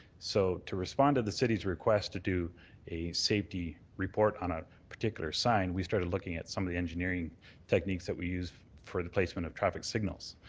so to respond to the city's request to do a safety report on a particular sign, we started looking at some of the engineering techniques that we use for the placement of traffic signals.